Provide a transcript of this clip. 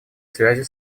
связи